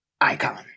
icon